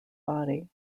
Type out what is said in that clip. body